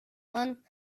ran